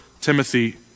Timothy